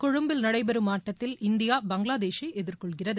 கொழும்பில் நடைபெறும் ஆட்டத்தில் இந்தியா பங்களாதேஷை எதிர்கொள்கிறது